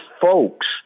folks